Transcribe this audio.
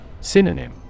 Synonym